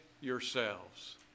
yourselves